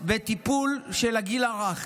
בטיפול של הגיל הרך.